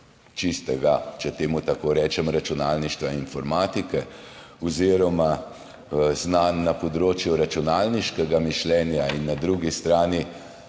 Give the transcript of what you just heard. čistega, če temu tako rečem, računalništva, informatike oziroma znanj na področju računalniškega mišljenja in na drugi strani